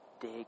dig